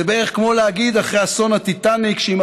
זה בערך כמו להגיד אחרי אסון הטיטניק שאם